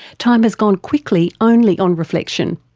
time has gone quickly only on reflection.